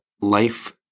life